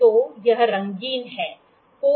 तो यह रंगीन है